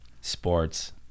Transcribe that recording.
Sports